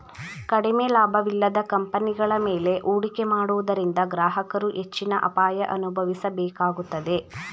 ಕಡಿಮೆ ಲಾಭವಿಲ್ಲದ ಕಂಪನಿಗಳ ಮೇಲೆ ಹೂಡಿಕೆ ಮಾಡುವುದರಿಂದ ಗ್ರಾಹಕರು ಹೆಚ್ಚಿನ ಅಪಾಯ ಅನುಭವಿಸಬೇಕಾಗುತ್ತದೆ